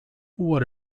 what